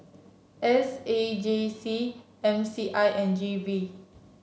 S A J C M C I and G V